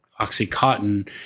OxyContin